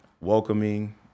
Welcoming